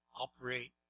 operate